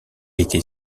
était